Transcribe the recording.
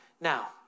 Now